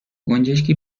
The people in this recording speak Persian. گنجشکی